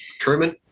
Truman